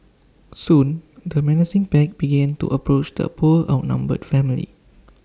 soon the menacing pack began to approach the poor outnumbered family